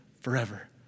forever